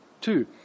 Two